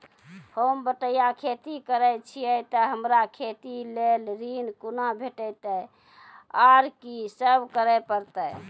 होम बटैया खेती करै छियै तऽ हमरा खेती लेल ऋण कुना भेंटते, आर कि सब करें परतै?